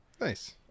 Nice